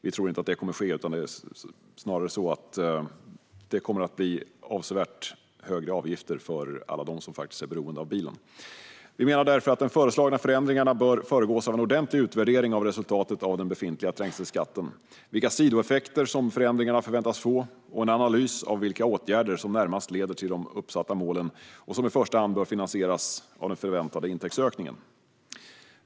Vi tror inte att det kommer att ske, utan det är snarare så att det kommer att bli avsevärt högre avgifter för alla dem som faktiskt är beroende av bilen. Vi menar därför att de föreslagna förändringarna bör föregås av en ordentlig utvärdering av resultatet av den befintliga trängselskatten och vilka sidoeffekter förändringarna förväntas få samt en analys av vilka åtgärder som närmast leder till de uppsatta målen och i första hand bör finansieras av den förväntade intäktsökningen.